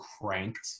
cranked